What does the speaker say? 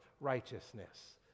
righteousness